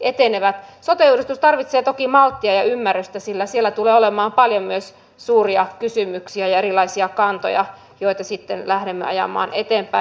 sote uudistus tarvitsee toki malttia ja ymmärrystä sillä siellä tulee olemaan paljon myös suuria kysymyksiä ja erilaisia kantoja joita sitten lähdemme ajamaan eteenpäin